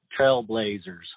trailblazers